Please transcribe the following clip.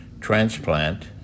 transplant